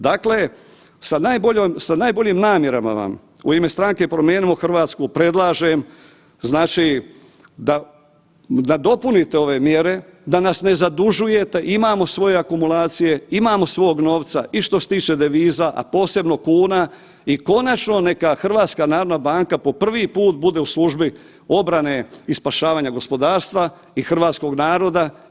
Dakle, sa najboljim namjerama vam u ime stranke Promijenimo Hrvatsku predlažem, znači da nadopunite ove mjere, da nas ne zadužujete, imamo svoje akumulacije, imamo svog novca i što se tiče deviza, a posebno kuna i konačno neka HNB po prvi put bude u službi obrane i spašavanja gospodarstva i hrvatskog naroda.